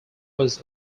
was